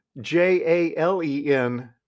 J-A-L-E-N